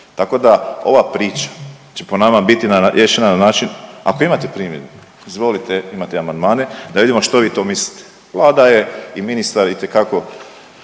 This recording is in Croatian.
Tako da ova priča će po nama biti riješena na način ako imate primjedbi izvolite imate amandmane, da vidimo što vi to mislite. Vlada je i ministar itekako